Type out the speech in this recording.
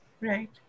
Right